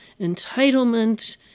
entitlement